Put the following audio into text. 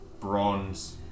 Bronze